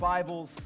Bibles